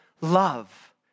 love